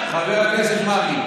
קורא לחברת כנסת "שונאת ישראל",